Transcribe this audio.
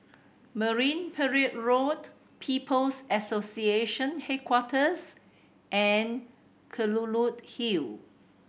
Marine Parade Road People's Association Headquarters and Kelulut Hill